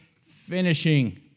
finishing